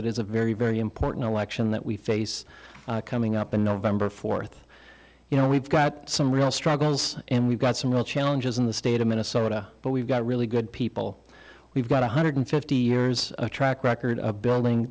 it is a very very important election that we face coming up on november fourth you know we've got some real struggles and we've got some real challenges in the state of minnesota but we've got really good people we've got one hundred fifty years a track record of building